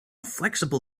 flexible